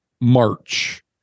March